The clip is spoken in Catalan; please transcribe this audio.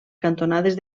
cantonades